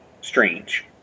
strange